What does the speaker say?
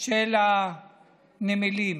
של הנמלים.